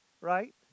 right